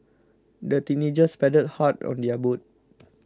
the teenagers paddled hard on their boat